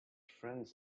friends